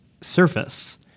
surface